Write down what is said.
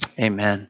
Amen